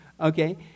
Okay